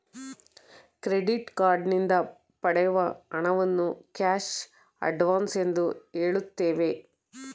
credit card ನಿಂದ ಪಡೆಯುವ ಹಣವನ್ನು ಕ್ಯಾಶ್ ಅಡ್ವನ್ಸ್ ಎಂದು ಹೇಳುತ್ತೇವೆ